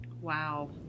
Wow